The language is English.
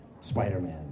Spider-Man